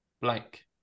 blank